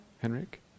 Henrik